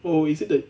oh is it that